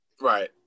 Right